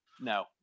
No